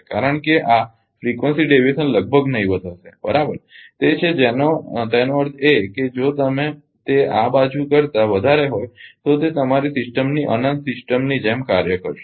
કારણ કે આ ફ્રિકવન્સી વિચલન લગભગ નહિવત્ હશે બરાબર તે છે તેનો અર્થ એ કે જો તે આ બાજુ કરતા વધારે હોય તો તે તમારી સિસ્ટમની અનંત સિસ્ટમની જેમ કાર્ય કરશે